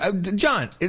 John